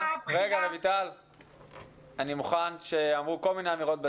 אני מוכן שייאמרו כל מיני אמירות בדיון,